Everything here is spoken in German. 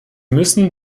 müssen